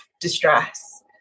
distress